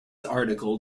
article